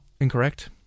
incorrect